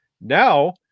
Now